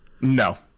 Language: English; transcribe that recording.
No